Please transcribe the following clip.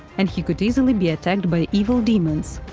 and he could easily be attacked by evil demons.